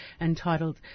entitled